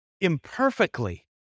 imperfectly